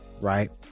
right